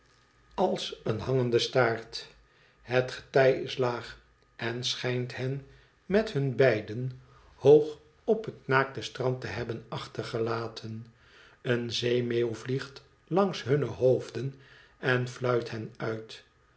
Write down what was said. staart het getij is laag en schijnt hen met hun beiden hoog op het naakte strand te hebben achtergelaten eene zeemeeuw vliegt langs hunne hoofden en fluit hen uit